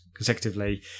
consecutively